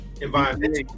environment